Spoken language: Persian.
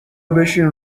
بشین